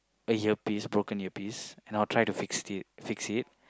a ear piece a broken ear piece and I'd try to fix it fix it